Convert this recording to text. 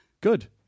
Good